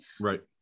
Right